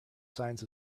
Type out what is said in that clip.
signs